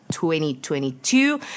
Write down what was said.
2022